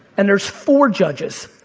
and there's four judges.